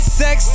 sex